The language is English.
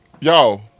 Yo